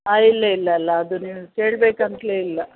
ಹಾಂ ಇಲ್ಲೆ ಇಲಲ್ಲ ಅದು ನೀವು ಕೇಳ್ಬೇಕು ಅಂತಲೇ ಇಲ್ಲ